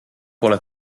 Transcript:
pole